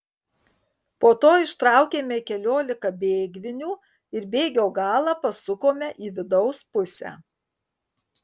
po to ištraukėme keliolika bėgvinių ir bėgio galą pasukome į vidaus pusę